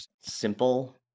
simple